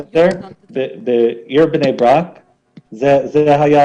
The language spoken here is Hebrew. בעיר בני ברק, זה היה